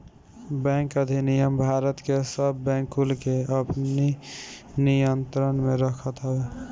bank अधिनियम भारत के सब बैंक कुल के अपनी नियंत्रण में रखत हवे